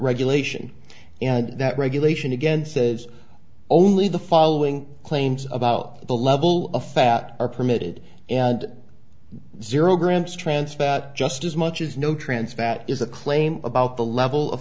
regulation and that regulation again says only the following claims about the level of fat are permitted and zero grams transparent just as much as no trans fat is a claim about the level of